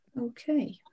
Okay